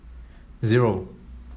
zero